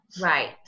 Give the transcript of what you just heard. Right